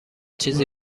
چیزی